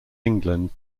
england